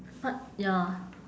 but ya